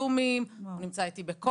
הוא נמצא איתי בזום,